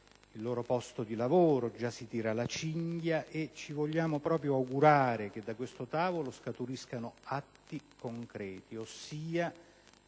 il loro posto di lavoro. Già si tira la cinghia e vogliamo proprio augurarci che da questo tavolo scaturiscano atti concreti, ossia